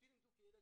אותי לימדו כילד